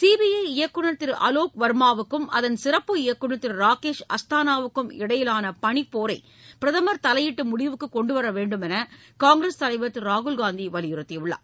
CBI இயக்குநர் திரு அலோக் வர்மாவுக்கும் அதள் சிறப்பு இயக்குநர் திரு ராகேஷ் அஸ்தானாவுக்கும் இடையிலான பணிப் போரை பிரதமர் தலையிட்டு முடிவுக்கு கொண்டு வர வேண்டும் என காங்கிரஸ் தலைவர் திரு ராகுல்காந்தி வலியுறுத்தியுள்ளார்